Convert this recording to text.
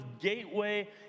gateway